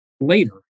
later